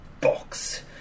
box